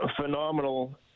phenomenal